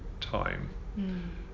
time